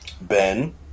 Ben